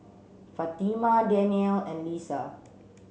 Fatimah Daniel and Lisa